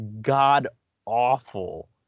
God-awful